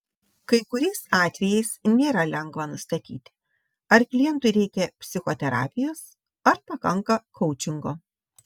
kai kuriais atvejais nėra lengva nustatyti ar klientui reikia psichoterapijos ar pakanka koučingo